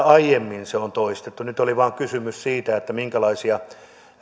aiemmin se on täällä toistettu nyt oli vain kysymys siitä minkälaisia